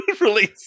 release